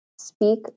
speak